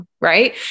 right